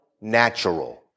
natural